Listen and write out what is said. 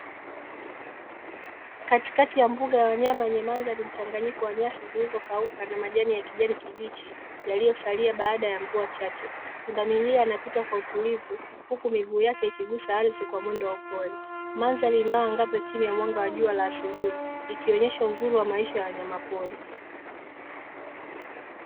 Katikati ya mbuga ya wanyama yenye mandhari mchanganyiko wa nyasi zilizokauka na majani ya kijani kibichi yaliyosalia baada ya mvua chake. Pundamilia anapita kwa utulivu huku miguu yake ikigusa ardhi kwa mwendo wa upole. Mandhari inayoangaza chini ya mwanga wa jua la asubuhi likionyesha uzuri wa maisha ya wanyamapori.